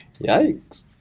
yikes